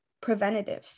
preventative